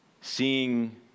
Seeing